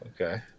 Okay